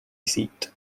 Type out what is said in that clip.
seat